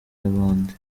y’abandi